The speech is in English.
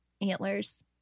antlers